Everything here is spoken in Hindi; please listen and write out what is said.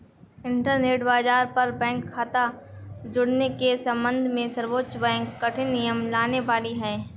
इंटरनेट बाज़ार पर बैंक खता जुड़ने के सम्बन्ध में सर्वोच्च बैंक कठिन नियम लाने वाली है